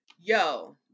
Yo